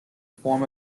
form